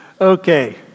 Okay